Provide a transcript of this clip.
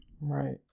Right